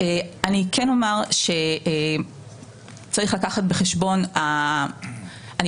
אני כן אומר שצריך לקחת בחשבון אני